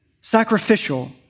sacrificial